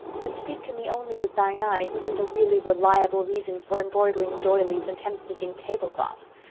but speak-to-me-only-with-thine-eyes isn't a really reliable reason for embroidering doilies and hemstitching tablecloths.